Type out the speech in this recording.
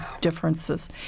differences